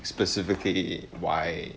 specifically why